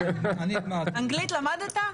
אנגלית למדת?